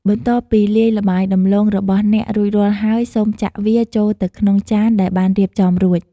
បន្ទាប់ពីលាយល្បាយដំឡូងរបស់អ្នករួចរាល់ហើយ សូមចាក់វាចូលទៅក្នុងចានដែលបានរៀបចំរួច។